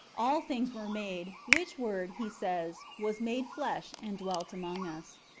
all things were made, which word, he says, was made flesh, and dwelt among us.